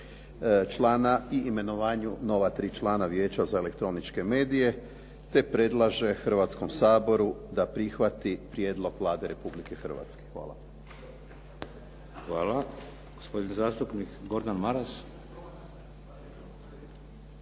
člana i imenovanju nova tri člana Vijeća za elektroničke medije te predlaže Hrvatskom saboru da prihvati prijedlog Vlade Republike Hrvatske. Hvala. **Šeks, Vladimir (HDZ)** Hvala. Gospodin zastupnik Gordan Maras.